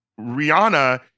Rihanna